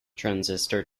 transistor